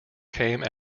came